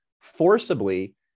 forcibly